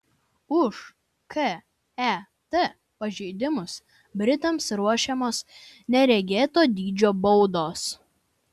už ket pažeidimus britams ruošiamos neregėto dydžio baudos